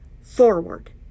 forward